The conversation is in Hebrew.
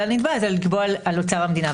הנתבע זה לקבוע שזה יהיה על אוצר המדינה.